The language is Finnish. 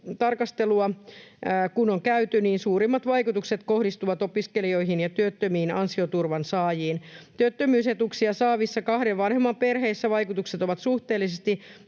kun on käyty, niin suurimmat vaikutukset kohdistuvat opiskelijoihin ja työttömiin ansioturvan saajiin. Työttömyysetuuksia saavissa kahden vanhemman perheissä vaikutukset ovat suhteellisesti